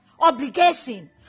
obligation